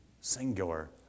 singular